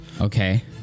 okay